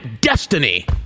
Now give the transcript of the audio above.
destiny